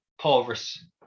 porous